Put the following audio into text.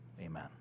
Amen